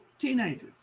teenagers